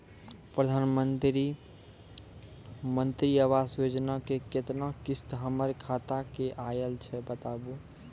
प्रधानमंत्री मंत्री आवास योजना के केतना किस्त हमर खाता मे आयल छै बताबू?